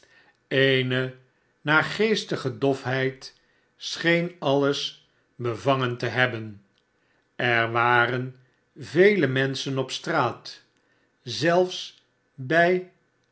eene naargeestige dofheid scheen alles bevangem te hebben er waren vele menschen op straat zelfs bij